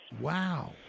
Wow